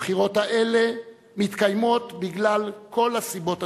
הבחירות האלה מתקיימות בגלל כל הסיבות הנכונות.